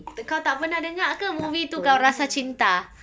kau tak pernah dengar ke movie tu kau rasa cinta